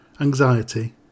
anxiety